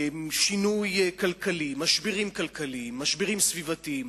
שינוי כלכלי, משברים כלכליים, משברים סביבתיים.